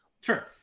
Sure